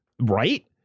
right